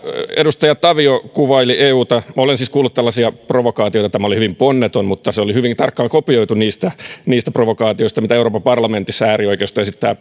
edustaja tavio kuvaili euta minä olen siis kuullut tällaisia provokaatioita tämä oli hyvin ponneton mutta se oli hyvin tarkkaan kopioitu niistä provokaatioista mitä euroopan parlamentissa äärioikeisto esittää